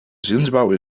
zinsbouw